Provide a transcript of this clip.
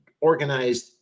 organized